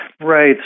Right